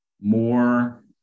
more